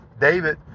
David